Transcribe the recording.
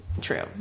True